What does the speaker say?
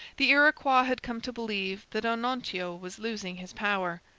the iroquois had come to believe that onontio was losing his power.